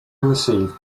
received